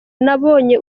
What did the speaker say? nabonye